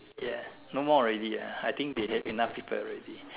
ya no more already ah I think they have enough people already